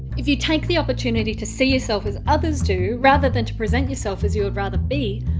if you take the opportunity to see yourself as others do, rather than to present yourself as you would rather be,